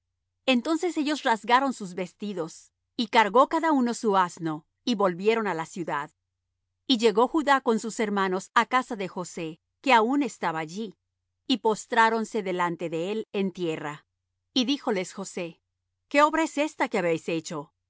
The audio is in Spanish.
entonces ellos rasgaron sus vestidos y cargó cada uno su asno y volvieron á la ciudad y llegó judá con sus hermanos á casa de josé que aun estaba allí y postráronse delante de él en tierra y díjoles josé qué obra es esta que habéis hecho